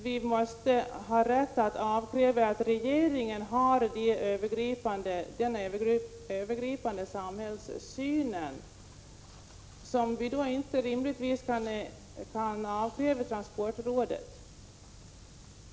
Vi måste ha rätt att kräva att regeringen har den övergripande samhällssyn som vi inte rimligtvis kan avkräva transportrådet.